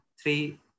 Three